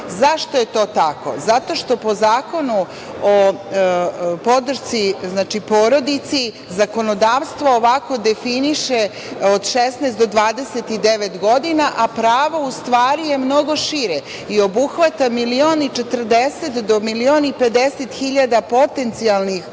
dana.Zašto je to tako? Zato što po Zakonu o podršci porodici zakonodavstvo ovako definiše od 16 do 29 godina, a pravo u stvari je mnogo šire i obuhvata milion i 40 do milion i 50 hiljada potencijalnih